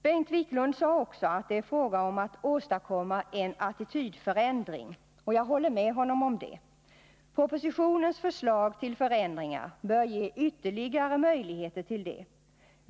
Bengt Wiklund sade också att det är fråga om att åstadkomma en attitydförändring, och jag håller med honom om det. Ett genomförande av Nr 46 propositionens förslag till förändringar bör ge ytterligare möjligheter Torsdagen den härvidlag.